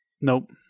Nope